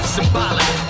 Symbolic